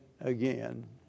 again